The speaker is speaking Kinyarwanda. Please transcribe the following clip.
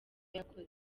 yakoze